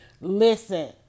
Listen